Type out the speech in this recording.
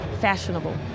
fashionable